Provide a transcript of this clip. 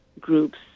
groups